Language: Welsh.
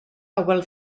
hywel